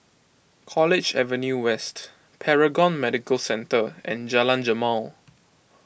College Avenue West Paragon Medical Centre and Jalan Jamal